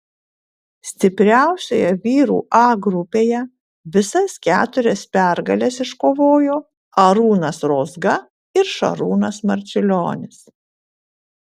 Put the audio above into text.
stipriausioje vyrų a grupėje visas keturias pergales iškovojo arūnas rozga ir šarūnas marčiulionis